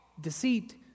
Deceit